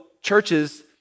churches